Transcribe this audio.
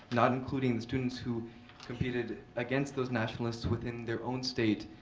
not including the students who competed against those nationalists within their own state,